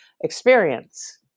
experience